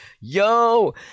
Yo